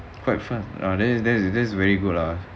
quite fast ah that's that's that's very good ah